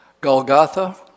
Golgotha